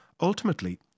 Ultimately